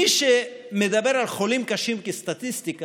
מי שמדבר על חולים קשים כסטטיסטיקה